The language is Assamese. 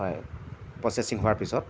হয় পচেছিং হোৱা পিছত